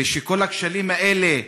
ושכל הכשלים האלה,